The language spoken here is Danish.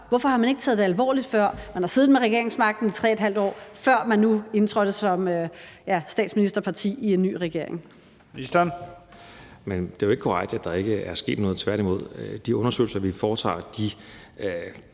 Hvorfor har man ikke taget det alvorligt før? Man har siddet med regeringsmagten i 3½ år, før man nu indtrådte som, ja, statsministerparti i en ny regering.